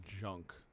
junk